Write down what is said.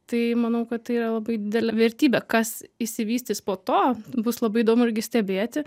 tai manau kad tai yra labai didelė vertybė kas išsivystys po to bus labai įdomu irgi stebėti